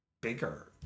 bigger